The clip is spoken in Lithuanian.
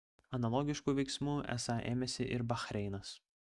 analogiškų veiksmų esą ėmėsi ir bahreinas